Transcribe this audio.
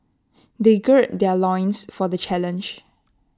they gird their loins for the challenge